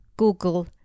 Google